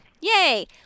Yay